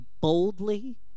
boldly